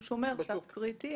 הוא שומר סף קריטי.